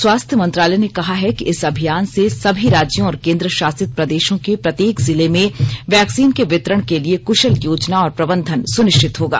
स्वास्थ्य मंत्रालय ने कहा है कि इस अभियान से सभी राज्यों और केंद्रशासित प्रदेशों के प्रत्येक जिले में वैक्सीन के वितरण के लिए कुशल योजना और प्रबंधन सुनिश्चित होगा